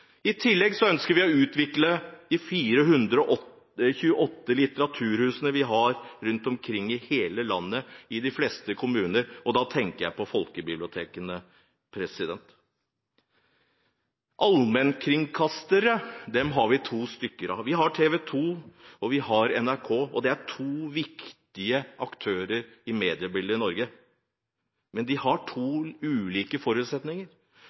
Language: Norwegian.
I tillegg ønsker vi å utvikle de 428 litteraturhusene vi har rundt omkring i hele landet, i de fleste kommuner, og da tenker jeg på folkebibliotekene. Allmennkringkastere – dem har vi to stykker av. Vi har TV 2, og vi har NRK, og det er to viktige aktører i mediebildet i Norge. Men de har to ulike forutsetninger.